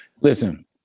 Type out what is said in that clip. Listen